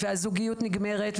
והזוגיות נגמרת,